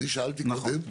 אני שאלתי קודם.